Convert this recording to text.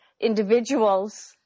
individuals